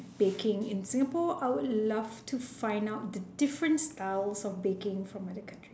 baking in singapore I would love to find out the different styles of baking from other countries